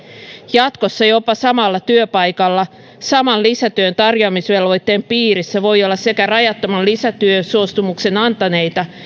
jatkossa jopa samalla työpaikalla saman lisätyön tarjoamisvelvoitteen piirissä voi olla sekä rajattoman lisätyösuostumuksen antaneita